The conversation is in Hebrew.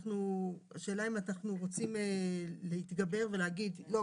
השאלה אם אנחנו רוצים להתגבר ולהגיד 'לא,